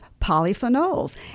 polyphenols